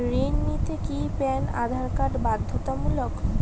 ঋণ নিতে কি প্যান কার্ড বাধ্যতামূলক?